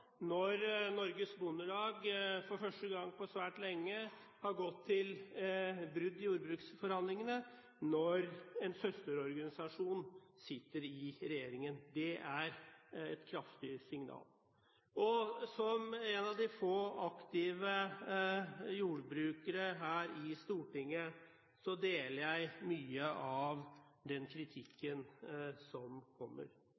når Norges Bondelag for første gang på svært lenge har gått til brudd i jordbruksforhandlingene når en søsterorganisasjon sitter i regjering. Som en av de få aktive jordbrukere her på Stortinget, deler jeg mye av den kritikken som kommer.